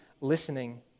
listening